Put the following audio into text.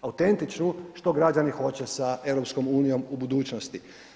autentičnu što građani hoće sa EU u budućnosti.